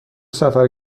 سفر